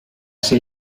ser